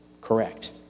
correct